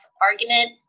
argument